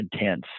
intense